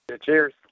Cheers